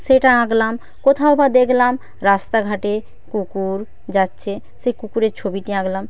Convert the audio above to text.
সেটা আঁকলাম কোথাও বা দেখলাম রাস্তা ঘাটে কুকুর যাচ্ছে সেই কুকুরের ছবিটি আঁকলাম